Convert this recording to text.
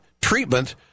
treatment